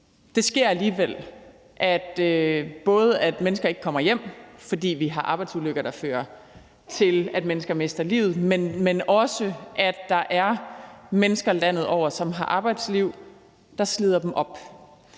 det sker alligevel, at mennesker ikke kommer hjem, fordi vi har arbejdsulykker, der fører til, at mennesker mister livet, og der er også mennesker landet over, som har arbejdsliv, der slider dem op.